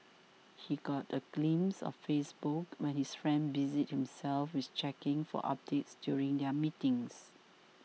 he got a glimpse of Facebook when his friend busied himself with checking for updates during their meeting